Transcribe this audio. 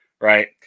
right